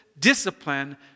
discipline